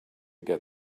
get